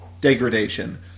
degradation